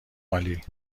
عالی